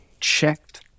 checked